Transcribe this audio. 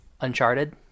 Uncharted